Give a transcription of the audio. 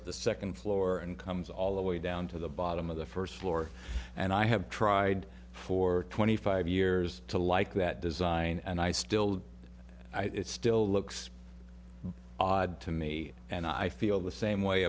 at the second floor and comes all the way down to the bottom of the first floor and i have tried for twenty five years to like that design and i still it still looks odd to me and i feel the same way